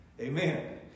Amen